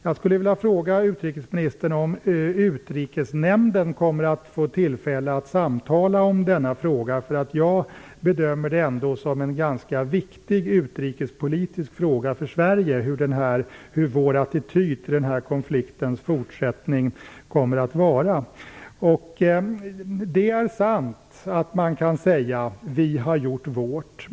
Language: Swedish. Jag skulle vilja fråga utrikesministern om Utrikesnämnden kommer att få tillfälle att samtala om denna fråga. Jag bedömer att det är en ganska viktig utrikespolitisk fråga för Sverige hur vår attityd kommer att vara till konfliktens fortsättning. Det är sant att man kan säga att vi har gjort vårt.